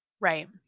Right